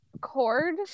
cord